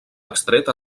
extret